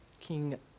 King